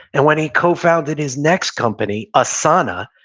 and when he co-founded his next company, asana,